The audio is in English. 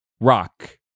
rock